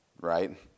right